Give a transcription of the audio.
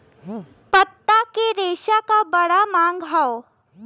पत्ता के रेशा क बड़ा मांग हौ